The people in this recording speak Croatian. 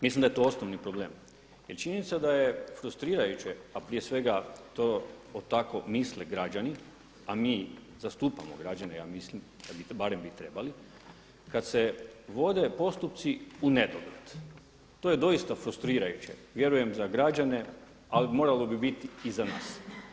Mislim da je to osnovni problem jer je činjenica da je frustrirajuće, a prije svega to tako misle građani, a mi zastupamo građane ja mislim, barem bi trebali, kada se vode postupci u nedogled, to je doista frustrirajuće, vjerujem za građene, ali moralo bi biti i za nas.